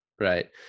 Right